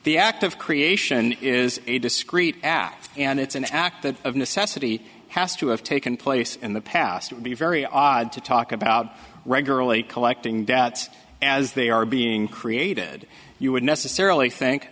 the act of creation is a discreet act and it's an act that of necessity has to have taken place in the past would be very odd to talk about regularly collecting debts as they are being created you would necessarily think